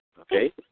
okay